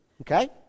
okay